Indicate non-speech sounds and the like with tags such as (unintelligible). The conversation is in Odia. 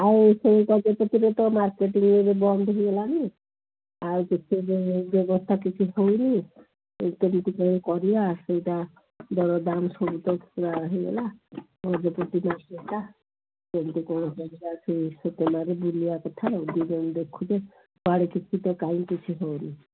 ଆଉ ସେଇ ଗଜପତିରେ ତ ମାର୍କେଟିଂରେ ବନ୍ଦ ହେଇଗଲାଣିି ଆଉ ସେ (unintelligible) ବ୍ୟବସ୍ଥା କିଛି ହଉନି କେମିତି କ'ଣ କରିବା ସେଇଟା ଦରଦାମ୍ ସବୁ ତ ପୁରା ହେଇଗଲା ଗଜପତି ଦଷଟା କେମିତି କ'ଣ କରିବା ସେଇ (unintelligible) ବୁଲିବା କଥା ଯିଏ ଯେଉଁ ଦେଖୁଛେ କୁଆଡ଼େ କିଛି ତ କାହିଁ କିଛି ହଉନି